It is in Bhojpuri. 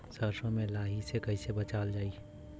सरसो में लाही से कईसे बचावल जाई?